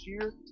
year